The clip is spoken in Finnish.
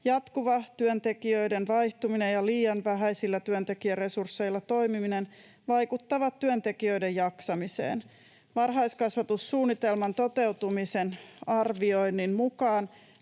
Jatkuva työntekijöiden vaihtuminen ja liian vähäisillä työntekijäresursseilla toimiminen vaikuttavat työntekijöiden jaksamiseen. Varhaiskasvatussuunnitelman toteutumisen arvioinnin mukaan